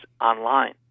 online